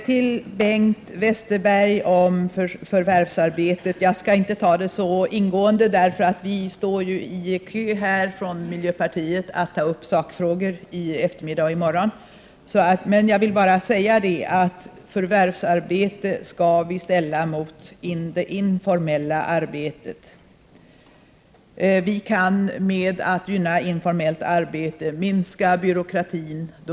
Till Bengt Westerberg om förvärvsarbetet — jag skall inte ta detta så ingående, för vi står ju i kö från miljöpartiet att ta upp sakfrågor i eftermiddag och i morgon. Jag vill bara säga att förvärvsarbete skall ställas mot det informella arbetet. Genom att gynna informellt arbete kan vi minska byråkratin.